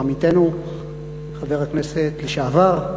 עמיתנו חבר הכנסת לשעבר,